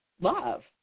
love